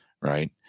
right